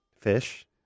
Fish